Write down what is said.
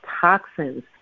toxins